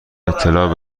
اطلاع